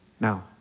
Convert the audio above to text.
Now